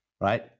right